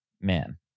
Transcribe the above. man